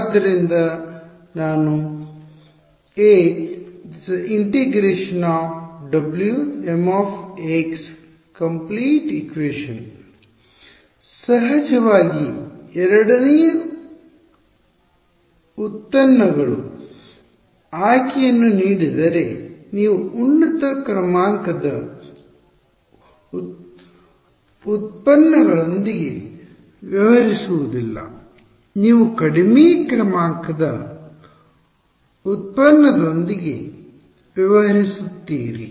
ಆದ್ದರಿಂದ ನಾನು ಎ W mdxd pdxd U dx W mpdxd U |end points −∫ dxd W mpdxd U dx ΩmΩm ಸಹಜವಾಗಿ ಎರಡನೆಯ ಉತ್ಪನ್ನಗಳು ಆಯ್ಕೆಯನ್ನು ನೀಡಿದರೆ ನೀವು ಉನ್ನತ ಕ್ರಮಾಂಕದ ಉತ್ಪನ್ನಗಳೊಂದಿಗೆ ವ್ಯವಹರಿಸುವುದಿಲ್ಲ ನೀವು ಕಡಿಮೆ ಕ್ರಮಾಂಕದ ಉತ್ಪನ್ನದೊಂದಿಗೆ ವ್ಯವಹರಿಸುತ್ತೀರಿ